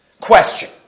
Question